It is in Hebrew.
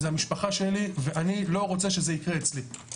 זו המשפחה שלי, ואני לא רוצה שזה יקרה אצלי.